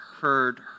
heard